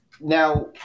now